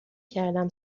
کردم